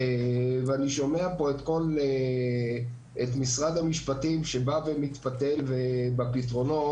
אני שומע כאן את משרד המשפטים שמתפתל בפתרונות.